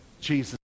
Jesus